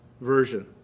Version